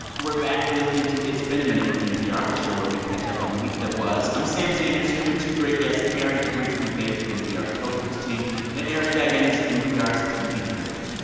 we're back. you're listening to it's been a minute from npr, the show where we catch up on the week that was. i'm sam sanders here with two great guests karen grigsby bates of npr's code switch team and eric deggans, npr's tv critic.